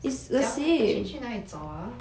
怎么样去哪里找 ah